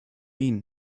ihnen